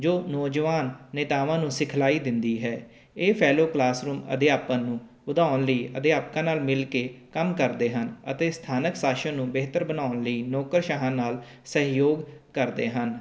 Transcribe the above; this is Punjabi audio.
ਜੋ ਨੌਜਵਾਨ ਨੇਤਾਵਾਂ ਨੂੰ ਸਿਖਲਾਈ ਦਿੰਦੀ ਹੈ ਇਹ ਫੈਲੋ ਕਲਾਸਰੂਮ ਅਧਿਆਪਨ ਨੂੰ ਵਧਾਉਣ ਲਈ ਅਧਿਆਪਕਾਂ ਨਾਲ ਮਿਲ ਕੇ ਕੰਮ ਕਰਦੇ ਹਨ ਅਤੇ ਸਥਾਨਕ ਸ਼ਾਸਨ ਨੂੰ ਬਿਹਤਰ ਬਣਾਉਣ ਲਈ ਨੌਕਰਸ਼ਾਹਾਂ ਨਾਲ ਸਹਿਯੋਗ ਕਰਦੇ ਹਨ